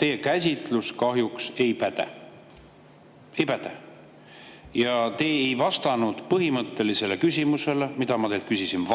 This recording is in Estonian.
Teie käsitlus kahjuks ei päde. Ei päde! Ja te ei vastanud põhimõttelisele küsimusele, mida ma teilt varem küsisin